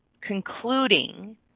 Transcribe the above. concluding